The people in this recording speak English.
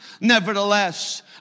Nevertheless